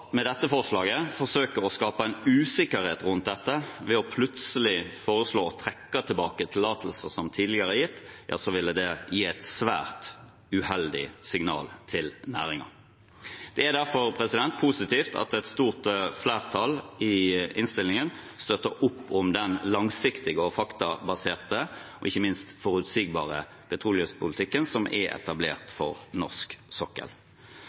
med dette forslaget forsøker å skape en usikkerhet rundt dette ved plutselig å foreslå å trekke tilbake tillatelser som tidligere er gitt, gir et svært uheldig signal til næringen. Det er derfor positivt at et stort flertall i innstillingen støtter opp om den langsiktige, faktabaserte og ikke minst forutsigbare petroleumspolitikken som er etablert for norsk sokkel.